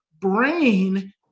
brain